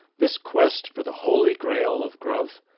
this quest for the holy grail of growth,